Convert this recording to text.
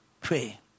Pray